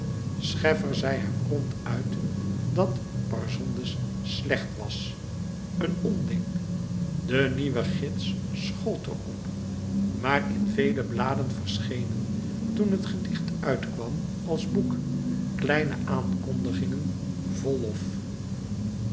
scheffer zei hem ronduit dat parsondes slecht was een onding de nieuwe gids schold er op maar in vele bladen verschenen toen het gedicht uitkwam als boek kleine aankondigingen vol lof